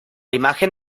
imagen